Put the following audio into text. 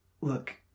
look